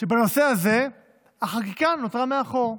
שבנושא הזה החקיקה נותרה מאחור.